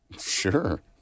Sure